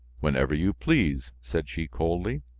whenever you please, said she coldly,